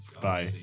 Bye